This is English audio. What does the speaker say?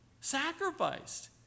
sacrificed